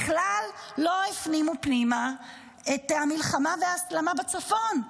בכלל לא הפנימו פנימה את המלחמה וההסלמה בצפון.